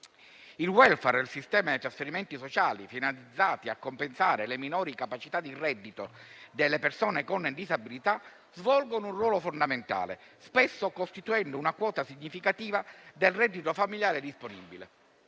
Il *welfare* e il sistema di trasferimenti sociali finalizzati a compensare le minori capacità di reddito delle persone con disabilità svolgono un ruolo fondamentale, spesso costituendo una quota significativa del reddito familiare disponibile.